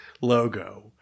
logo